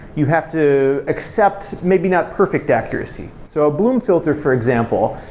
you have to accept maybe not perfect accuracy so bloomfilter for example,